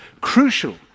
crucial